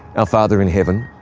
our father in heaven,